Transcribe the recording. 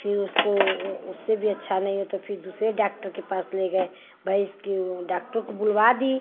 फिर उसको वह उससे भी अच्छी नहीं हुई तो फिर दूसरे डॉक्टर के पास ले गए भैंस के डॉक्टर को बुलवा दी